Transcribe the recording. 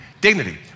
Dignity